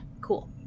cool